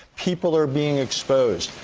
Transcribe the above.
people are being exposed.